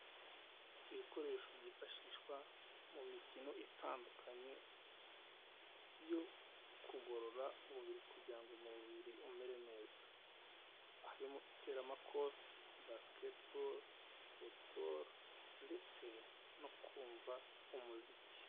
Ibikoresho byifashishwa mu mikino itandukanye yo kugorora umubiri kugira ngo umubiri umere neza. Harimo iteramakofe., basiketebolo, futubolo, ndetse no kumva umuziki.